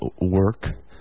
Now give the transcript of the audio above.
work